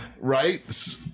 Right